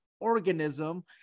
organism